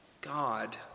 God